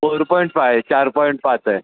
four point five चार point पाच आहे